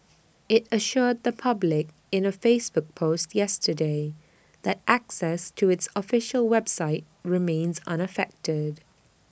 IT assured the public in A Facebook post yesterday that access to its official website remains unaffected